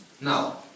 Now